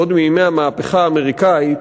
עוד מימי המהפכה האמריקנית,